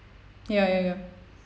ya ya ya